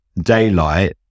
daylight